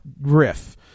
Riff